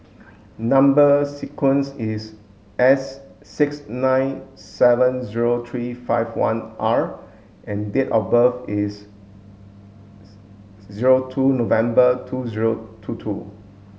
number sequence is S six nine seven zero three five one R and date of birth is zero two November two zero two two